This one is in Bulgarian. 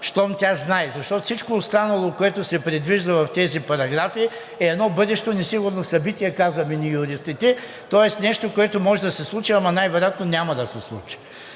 щом знае, защото всичко останало, което се предвижда в тези параграфи, е едно бъдещо несигурно събитие, казваме ние юристите, тоест нещо, което може да се случи, ама най-вероятно няма да се случи.